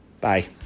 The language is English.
Bye